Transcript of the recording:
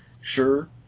sure